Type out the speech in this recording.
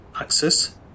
access